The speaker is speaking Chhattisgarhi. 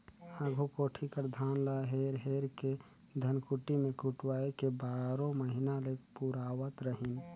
आघु कोठी कर धान ल हेर हेर के धनकुट्टी मे कुटवाए के बारो महिना ले पुरावत रहिन